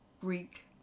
Greek